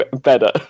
better